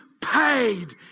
paid